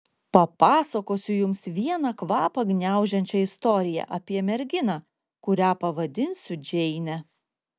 papasakosiu jums vieną kvapą gniaužiančią istoriją apie merginą kurią pavadinsiu džeine